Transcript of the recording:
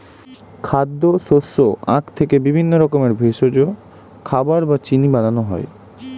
খাদ্য, শস্য, আখ থেকে বিভিন্ন রকমের ভেষজ, খাবার বা চিনি বানানো হয়